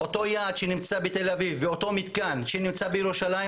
אותו יעד שנמצא בתל אביב ואותו מתקן שנמצא בירושלים,